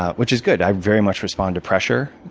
which is good. i very much respond to pressure.